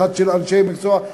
אחת של אנשי מקצוע,